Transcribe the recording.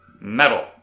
metal